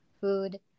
food